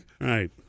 Right